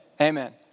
amen